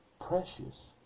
precious